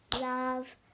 love